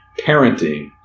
parenting